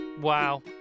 Wow